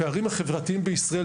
הפערים החברתיים בישראל,